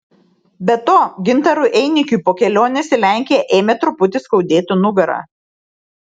be to gintarui einikiui po kelionės į lenkiją ėmė truputį skaudėti nugarą